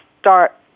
start